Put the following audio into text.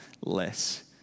less